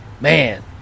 Man